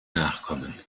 nachkommen